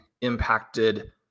impacted